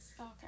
Okay